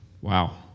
Wow